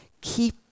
Keep